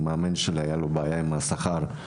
למאמן שלי הייתה בעיה עם השכר.